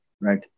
right